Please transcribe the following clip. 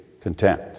content